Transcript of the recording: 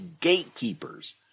gatekeepers